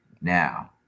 Now